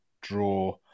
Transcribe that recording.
draw